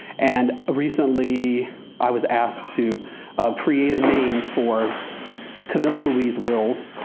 and ah recently i was asked to create a name for camilla louise wills.